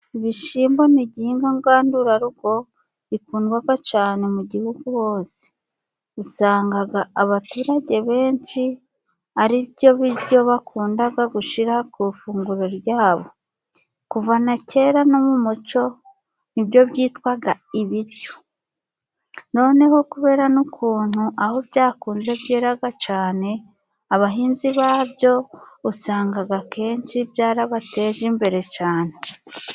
Ibishyimbo ni igihingwa ngandurarugo ikundwaka cyane mu gihugu hose, usanga abaturage benshi ari byo biryo bakundaga gushira ku ifunguro ryabo, kuva na kera no mu mucyo nibyo byitwaga ibiryo, noneho kubera n'ukuntu aho byakunze byeraga cyane, abahinzi babyo usanga akenshi byarabateje imbere cyane.